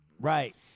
Right